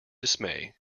dismay